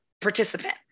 participant